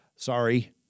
sorry